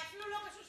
זה אפילו לא משהו,